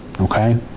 okay